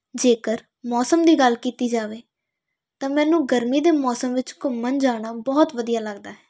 ਜੇਕਰ ਮੌਸਮ ਦੀ ਗੱਲ ਕੀਤੀ ਜਾਵੇ ਤਾਂ ਮੈਨੂੰ ਗਰਮੀ ਦੇ ਮੌਸਮ ਵਿੱਚ ਘੁੰਮਣ ਜਾਣਾ ਬਹੁਤ ਵਧੀਆ ਲੱਗਦਾ ਹੈ